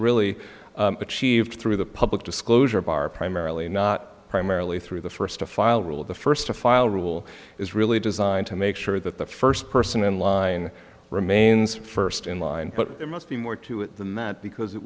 achieved through the public disclosure bar primarily not primarily through the first to file rule of the first to file rule is really designed to make sure that the first person in line remains first in line put it must be more to it than that because it